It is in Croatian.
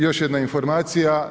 Još jedna informacija.